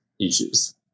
issues